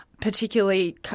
particularly